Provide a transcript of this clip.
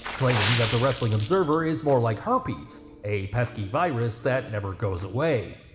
claiming that the wrestling observer is more like herpes, a pesky virus that never goes away.